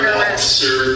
officer